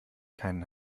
keinen